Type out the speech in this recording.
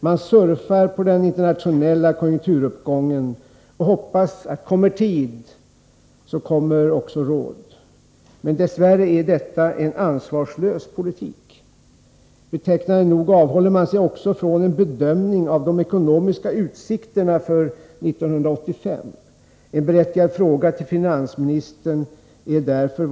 Man surfar på den internationella konjunkturuppgången och hoppas att kommer tid kommer också råd. Men dess värre är detta en ansvarslös politik. Betecknande nog avhåller man sig också från en bedömning av de ekonomiska utsikterna för 1985. En berättigad fråga till finansministern är f.ö.